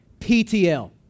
PTL